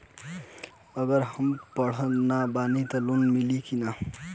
अगर हम पढ़ल ना बानी त लोन मिली कि ना?